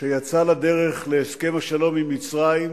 כשיצא לדרך להסכם השלום עם מצרים,